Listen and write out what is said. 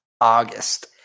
august